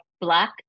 black